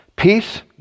Peace